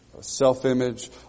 self-image